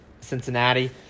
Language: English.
Cincinnati